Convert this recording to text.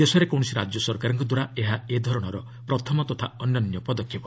ଦେଶରେ କୌଣସି ରାଜ୍ୟ ସରକାରଙ୍କଦ୍ୱାରା ଏହା ଏ ଧରଣର ପ୍ରଥମ ତଥା ଅନନ୍ୟ ପଦକ୍ଷେପ